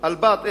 אל-באט,